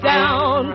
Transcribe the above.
Down